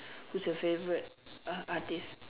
who's your favourite uh artiste